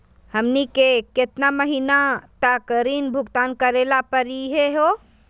हमनी के केतना महीनों तक ऋण भुगतान करेला परही हो?